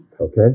okay